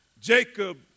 Jacob